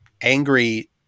angry